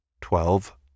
Twelve